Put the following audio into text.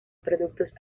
productos